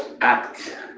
act